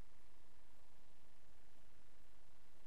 הוא